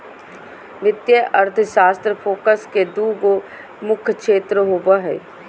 वित्तीय अर्थशास्त्र फोकस के दू गो मुख्य क्षेत्र होबो हइ